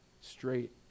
straight